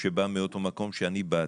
שבא מאותו מקום שאני באתי.